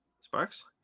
Sparks